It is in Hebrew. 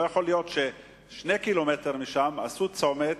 לא יכול להיות ששני קילומטרים משם עשו צומת